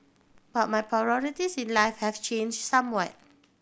but my priorities in life have changed somewhat